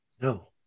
No